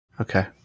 Okay